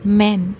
men